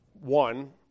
one